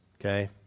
Okay